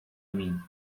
mim